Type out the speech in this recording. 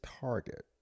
target